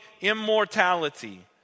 immortality